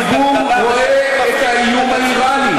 הציבור רואה את האיום האיראני,